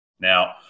Now